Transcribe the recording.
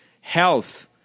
health